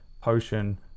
potion